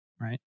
Right